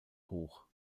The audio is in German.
hoch